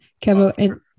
Kevin